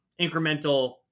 incremental